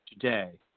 today